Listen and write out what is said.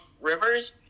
rivers